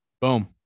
Boom